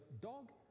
dog